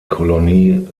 kolonie